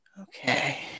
Okay